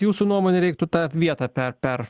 jūsų nuomone reiktų tą vietą per per